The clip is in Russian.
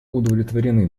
удовлетворены